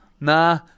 Nah